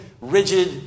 rigid